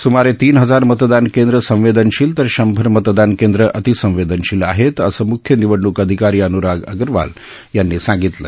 सुमारे तीन हजार मतदान केंद्रं संवेदनशील तर शंभर मतदान केंद्रं अतिसंवेदनशील आहेत असं मुख्य निवडणूक अधिकारी अनुराग अग्रवाल यांनी सांगितलं